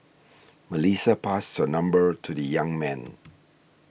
Melissa passed her number to the young man